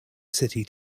city